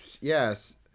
Yes